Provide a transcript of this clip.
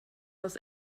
das